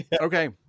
Okay